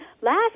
last